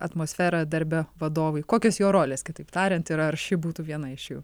atmosferą darbe vadovui kokios jo rolės kitaip tariant ir ar ši būtų viena iš jų